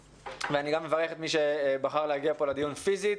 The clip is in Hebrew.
אני גם מברך את מי שחבר להגיע פה לדיון פיזית.